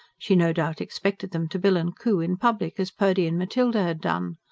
she no doubt expected them to bill and coo in public, as purdy and matilda had done.